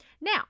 now